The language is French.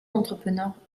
entrepreneurs